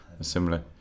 Similar